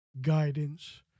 guidance